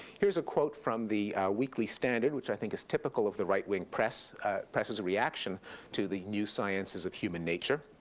here's a quote from the weekly standard, which i think is typical of the right wing press' press' reaction to the new sciences of human nature.